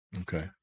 Okay